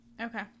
Okay